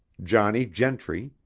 johnnie gentry,